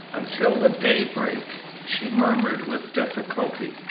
until the day break she murmured, with difficulty.